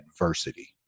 adversity